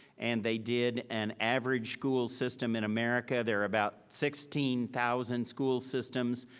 and they did an average school system in america. there are about sixteen thousand school systems.